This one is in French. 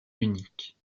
unique